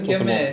做什么